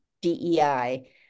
DEI